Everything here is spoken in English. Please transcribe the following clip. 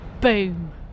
Boom